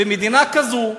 ומדינה כזו,